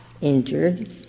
injured